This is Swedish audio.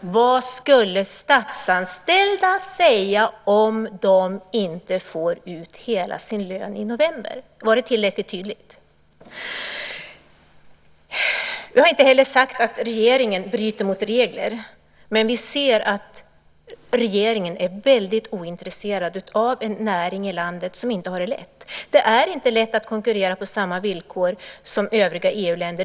Vad skulle statsanställda säga om de inte fick ut hela sin lön i november? Var det tillräckligt tydligt? Jag har inte heller sagt att regeringen bryter mot regler, men vi ser att regeringen är väldigt ointresserad av en näring i landet som inte har det lätt. Det är inte lätt att konkurrera på samma villkor som övriga EU-länder.